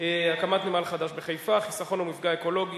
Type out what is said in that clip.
והשאילתא היא בנושא: הקמת הנמל החדש בחיפה: חיסכון או מפגע אקולוגי.